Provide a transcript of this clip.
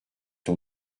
ton